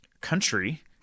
country